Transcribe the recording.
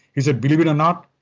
he said, believe it or not,